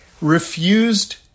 refused